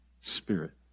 spirit